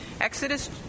Exodus